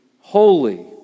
holy